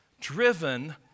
driven